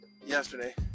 Yesterday